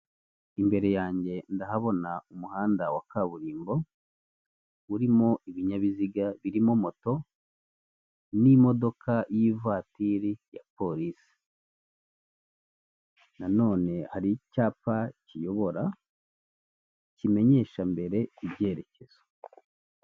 Imbere yanjye ndahabona umuhanda wa kaburimbo urimo ibinyabiziga birimo moto n'imodoka y'ivatiri ya polisi; nanone hari icyapa kiyobora kimenyesha mbere ibyerekezo.